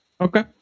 Okay